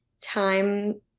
time